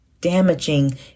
damaging